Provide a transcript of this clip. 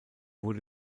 wurde